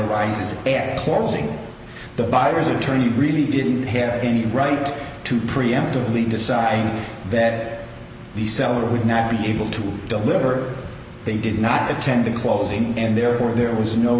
arises forcing the buyers attorney really didn't have any right to preemptively decide that the seller would not be able to deliver they did not attend the closing and therefore there was no